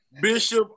Bishop